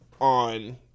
on